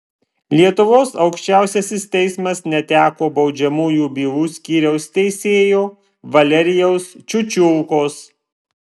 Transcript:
lietuvos aukščiausiasis teismas neteko baudžiamųjų bylų skyriaus teisėjo valerijaus čiučiulkos